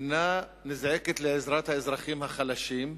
אינה נזעקת לעזרת האזרחים החלשים,